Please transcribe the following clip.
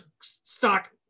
stock